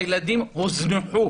הילדים הוזנחו